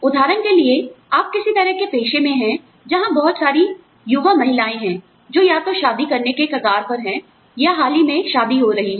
उदाहरण के लिए आप किसी तरह के पेशे में हैं जहां बहुत सारी युवा महिलाएं हैं जो या तो शादी करने के कगार पर हैं या हाल ही में शादी हो रही हैं